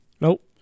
Nope